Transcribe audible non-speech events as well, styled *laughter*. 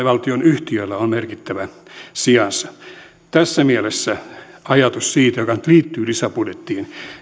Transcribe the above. *unintelligible* valtionyhtiöillä on merkittävä sijansa tässä mielessä hallituksen ajatus joka nyt liittyy lisäbudjettiin